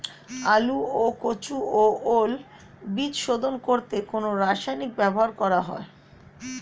আলু ও কচু ও ওল বীজ শোধন করতে কোন রাসায়নিক ব্যবহার করা হয়?